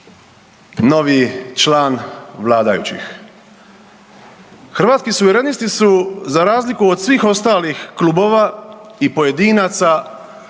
novi član vladajućih. Hrvatski suverenisti su za razliku od svih ostalih klubova i pojedinaca